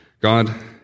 God